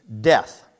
death